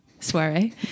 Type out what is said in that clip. soiree